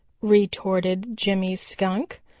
retorted jimmy skunk.